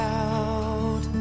out